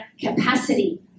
capacity